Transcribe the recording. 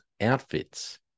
outfits